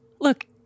Look